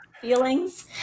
feelings